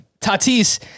Tatis